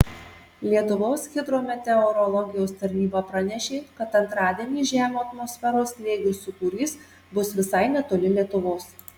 lietuvos hidrometeorologijos tarnyba pranešė kad antradienį žemo atmosferos slėgio sūkurys bus visai netoli lietuvos